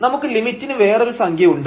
നമുക്ക് ലിമിറ്റിന് വേറൊരു സംഖ്യ ഉണ്ട്